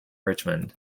richmond